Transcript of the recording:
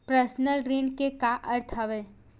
Personal ऋण के का अर्थ हवय?